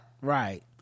Right